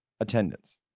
attendance